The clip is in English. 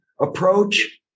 approach